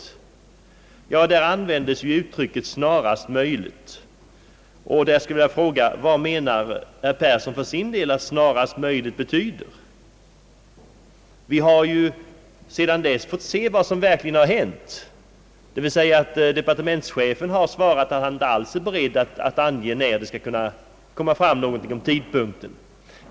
I denna kompromiss användes ju uttrycket »snarast möjligt». Jag skulle vilja fråga: Vad menar herr Persson med »snarast möjligt»? Vi har ju sedan dess fått se vad som verkligen har hänt, d. v. s. att departementschefen har svarat, att han inte alls är beredd att ange när beslut kan fattas om tidpunkten.